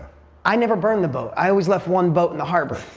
i never burned the boat. i always left one boat in the harbor.